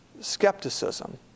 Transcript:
skepticism